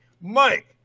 Mike